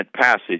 passage